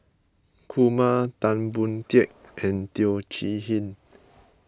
Kumar Tan Boon Teik and Teo Chee Hean